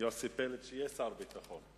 יוסי פלד, שיהיה שר הביטחון.